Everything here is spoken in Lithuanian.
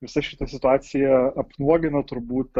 visa šita situacija apnuogino turbūt